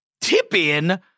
tip-in